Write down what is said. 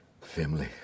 Family